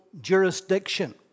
jurisdiction